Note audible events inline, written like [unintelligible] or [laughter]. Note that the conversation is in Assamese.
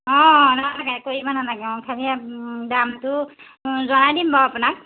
অঁ অঁ [unintelligible] কৰিব নালাগে কৰিব নালাগে খালি দামটো জনাই দিম বাৰু আপোনাক